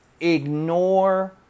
ignore